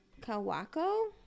kawako